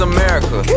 America